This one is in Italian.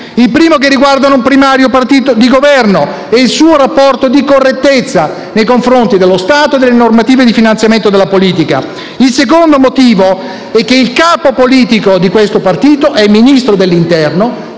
il primo è che riguardano un primario partito di Governo e il suo rapporto di correttezza nei confronti dello Stato e delle normative di finanziamento della politica; il secondo motivo è che il capo politico di questo partito è il Ministro dell'interno;